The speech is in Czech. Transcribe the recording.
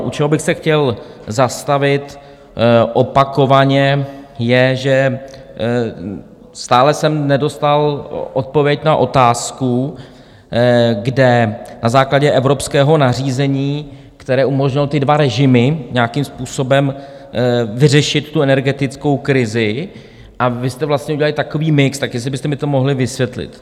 U čeho bych se chtěl zastavit opakovaně, je, že stále jsem nedostal odpověď na otázku, kde na základě evropského nařízení, které umožnilo ty dva režimy, nějakým způsobem vyřešit tu energetickou krizi, a vy jste vlastně udělali takový mix, tak jestli byste mi to mohli vysvětlit.